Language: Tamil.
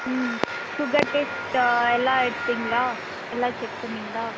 ம் ஷுகர் டெஸ்ட்டு எல்லாம் எடுத்திங்களா எல்லாம் செக் பண்ணிங்களா